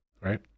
right